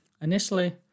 Initially